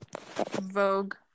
Vogue